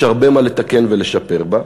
יש הרבה מה לתקן ולשפר בה,